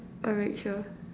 alright sure